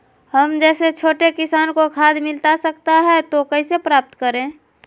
हम जैसे छोटे किसान को खाद मिलता सकता है तो कैसे प्राप्त करें?